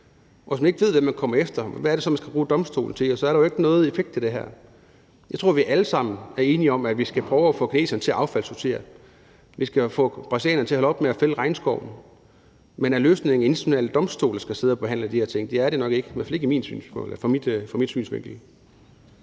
hvis man ikke ved, hvem man vil komme efter, hvad er det så, man skal bruge domstolen til? Så er der jo ikke nogen effekt af det her. Jeg tror, vi alle sammen er enige om, at vi skal prøve at få kineserne til at affaldssortere og vi skal få brasilianerne til at holde op med at fælde regnskoven. Men er løsningen, at internationale domstole skal sidde og forhandle de her ting? Det er det nok ikke, i hvert fald ikke fra min synsvinkel.